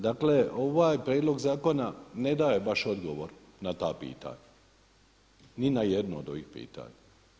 Dakle ovaj prijedlog zakona ne daje baš odgovor na ta pitanja, ni na jedno od ovih pitanja.